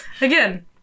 Again